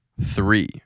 three